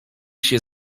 się